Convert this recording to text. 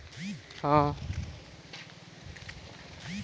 एकरो एक शक्तिशाली एंटीऑक्सीडेंट केरो रूप म प्रयोग करलो जाय छै